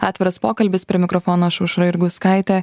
atviras pokalbis prie mikrofono aš aušra jurgauskaitė